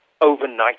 overnight